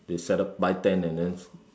they set up buy tent and then